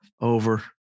Over